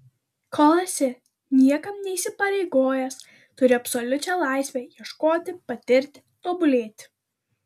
kol esi niekam neįsipareigojęs turi absoliučią laisvę ieškoti patirti tobulėti